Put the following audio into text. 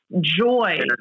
joy